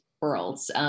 worlds